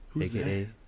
aka